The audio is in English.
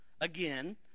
Again